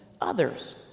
others